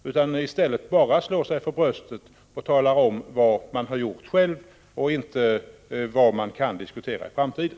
I stället slår han sig bara för bröstet och talar om vad som gjorts, inte om vad som kan diskuteras för framtiden.